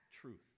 truth